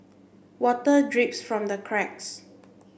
water drips from the cracks